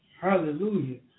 Hallelujah